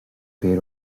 bija